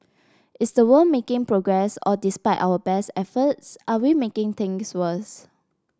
is the world making progress or despite our best efforts are we making things worse